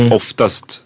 oftast